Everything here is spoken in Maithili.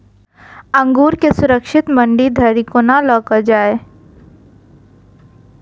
अंगूर केँ सुरक्षित मंडी धरि कोना लकऽ जाय?